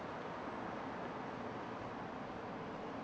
that you